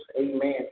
Amen